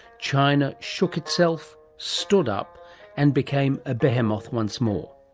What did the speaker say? china shook itself, stood up and became a behemoth once more.